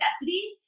necessity